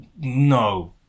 no